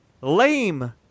lame